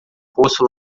poço